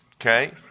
Okay